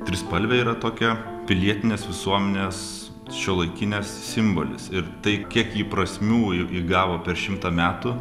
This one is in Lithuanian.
trispalvė yra tokia pilietinės visuomenės šiuolaikinės simbolis ir tai kiek ji prasmių į įgavo per šimtą metų